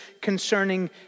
concerning